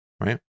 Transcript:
right